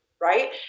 right